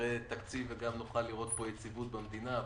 נראה תקציב וגם נוכל לראות יציבות במדינה.